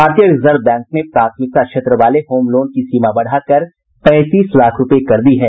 भारतीय reserve bank ने प्राथमिकता क्षेत्र वाले होमलोन की सीमा बढ़ाकर पैंतीस लाख रूपये कर दी है